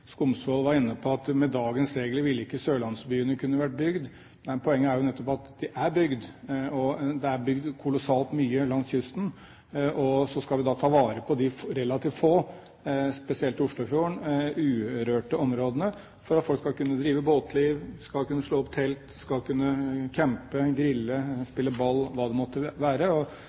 Skumsvoll var inne på at med dagens regler ville ikke sørlandsbyene kunne vært bygd. Men poenget er jo nettopp at de er bygd, og at det er bygd kolossalt mye langs kysten, og så skal vi ta vare på de relativt få – spesielt ved Oslofjorden – urørte områdene for at folk skal kunne drive båtliv, skal kunne slå opp telt, skal kunne campe, grille, spille ball og hva det måtte være.